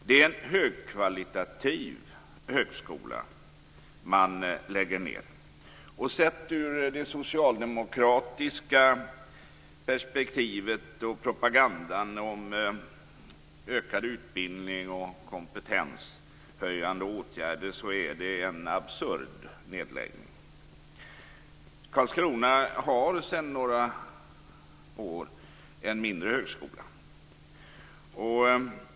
Det är en högkvalitativ högskola man lägger ned. Sett ur det socialdemokratiska perspektivet och mot bakgrund av propagandan om ökad utbildning och kompetenshöjande åtgärder är det en absurd nedläggning. Karlskrona har sedan några år en mindre högskola.